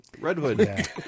Redwood